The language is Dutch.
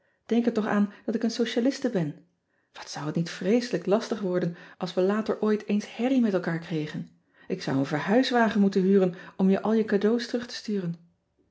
enk er toch aan dat ik een socialiste ben at zou het niet vreeselijk lastig worden als we later ooit eens herrie met elkaar kregen k zou een verhuiswagen moeten huren om je al je cadeaux terug te sturen